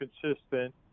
consistent